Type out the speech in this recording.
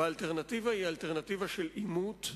האלטרנטיבה היא אלטרנטיבה של עימות,